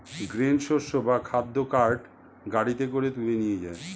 grain শস্য বা খাদ্য কার্ট গাড়িতে করে তুলে নিয়ে যায়